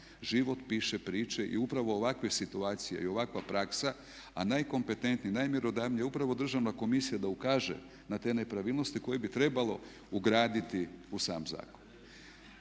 život piše priče i upravo ovakve situacije i ovakva praksa, a najkompetentnije, najmjerodavnije je upravo Državna komisija da ukaže na te nepravilnosti koje bi trebalo ugraditi u sam zakon.